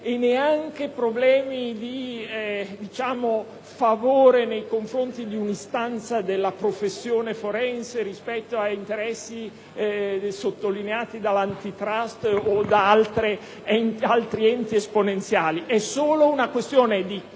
e neanche problemi di favore nei confronti di un'istanza della professione forense rispetto a interessi sottolineati dall'Antitrust o da altri enti esponenziali. Si tratta solo di una questione di